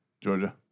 Georgia